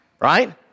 Right